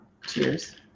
Cheers